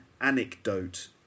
anecdote